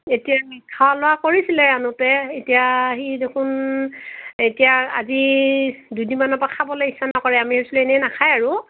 এতিয়া খোৱা লোৱা কৰিছিল আনোতে এতিয়া সি দেখোন এতিয়া আজি দুদিনমানৰ পৰা খাবলৈ ইচ্ছা নকৰে আমি ভাবিছিলোঁ এনে নাখায় আৰু